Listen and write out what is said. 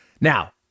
Now